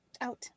Out